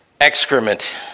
excrement